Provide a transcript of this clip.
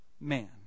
man